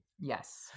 Yes